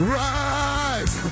rise